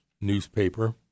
newspaper